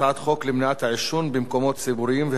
הצעת ועדת הכנסת להעביר את הצעת חוק חובת המכרזים (תיקון,